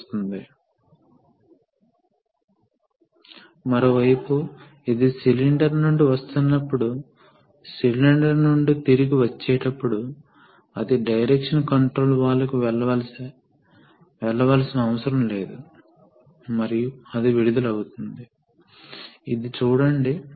కాబట్టి వేగం ఒకేలా ఉన్నంత వరకు పంపిణీ చేయబడిన వాల్యూమ్ ఒకే విధంగా ఉంటుంది మరియు పవర్ అవసరం ప్రెషర్ కు ప్రోపోషనల్ గా ఉంటుంది వాల్యూమెట్రిక్ సామర్థ్యం ఒకేలా ఉంటుందని లీకేజ్ మొదలైనవి ఉండవు అనుకోవాలి